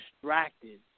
Distracted